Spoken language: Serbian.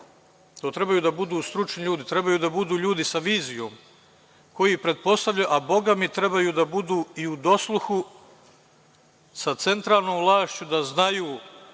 To treba da budu stručni ljudi, treba da budu ljudi sa vizijom, a bogami treba da budu i u dosluhu sa centralnom vlašću da znaju